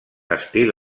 estil